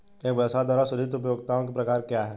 एक व्यवसाय द्वारा सृजित उपयोगिताओं के प्रकार क्या हैं?